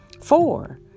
Four